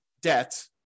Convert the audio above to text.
debt